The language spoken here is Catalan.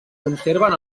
conserven